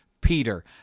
Peter